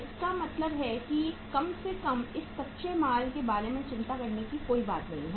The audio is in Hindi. इसका मतलब है कि कम से कम इस कच्चे माल के बारे में चिंता करने की कोई बात नहीं है